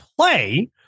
play